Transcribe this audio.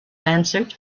answered